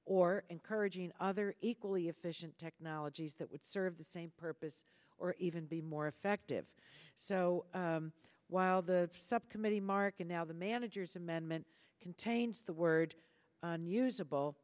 or encouraging other equally efficient technologies that would serve the same purpose or even be more effective so while the subcommittee marking now the manager's amendment contains the word